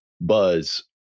buzz